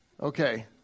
Okay